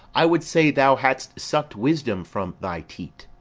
i would say thou hadst suck'd wisdom from thy teat.